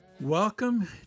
Welcome